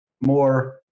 more